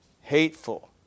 hateful